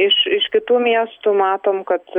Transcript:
iš iš kitų miestų matom kad